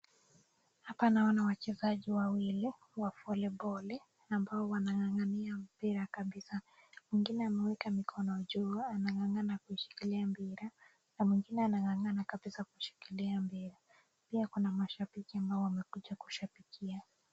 Hapa naona wachezaji wawili, wavoleboli ambao wanangangania mpira kabisa, mwingine ameweka mikono juu anangangana kushikilia mpia, na mwiengine anangangana kabisa kushikilia mpira. Pia kunamashabiki ambao wamekuja kushabikia.